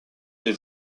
des